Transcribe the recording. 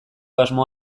asmoa